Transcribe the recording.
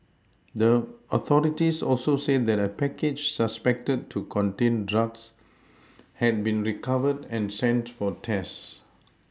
the authorities also said that a package suspected to contain drugs had been recovered and sent for tests